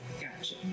Gotcha